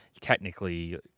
technically